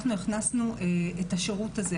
אנחנו הכנסנו את השירות הזה.